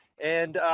and